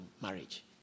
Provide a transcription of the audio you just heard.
marriage